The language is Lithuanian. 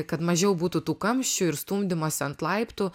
kad mažiau būtų tų kamščių ir stumdymosi ant laiptų